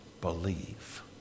believe